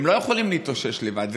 הם לא יכולים להתאושש לבד.